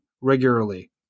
regularly